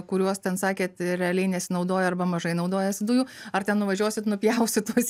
kuriuos ten sakėt realiai nesinaudoja arba mažai naudojasi dujų ar ten nuvažiuosit nupjausit tuos